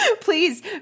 Please